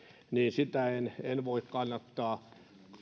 en en voi kannattaa